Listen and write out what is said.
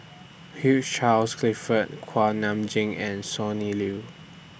Hugh Charles Clifford Kuak Nam Jin and Sonny Liew